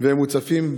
והם מוצפים,